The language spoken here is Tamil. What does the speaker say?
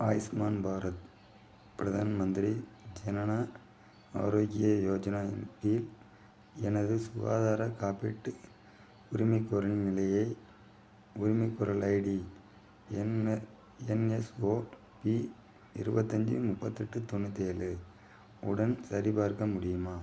ஆயுஷ்மான் பாரத் பிரதான் மந்திரி ஜனன ஆரோக்ய யோஜனா இன் கீழ் எனது சுகாதார காப்பீட்டு உரிமை கோரலின் நிலையை உரிமை கோரல் ஐடி என்னு என்எஸ்ஓபி இருவத்தஞ்சு முப்பத்தெட்டு தொண்ணூற்றி ஏழு உடன் சரிபார்க்க முடியுமா